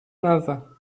نزن